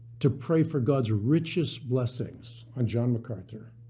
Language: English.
to pray for god's richest blessings on john macarthur.